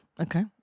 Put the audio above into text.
Okay